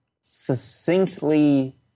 succinctly